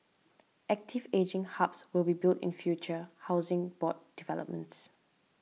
active ageing hubs will be built in future Housing Board developments